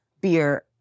beer